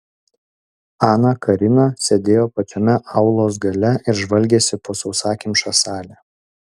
ana karina sėdėjo pačiame aulos gale ir žvalgėsi po sausakimšą salę